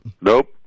Nope